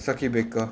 circuit breaker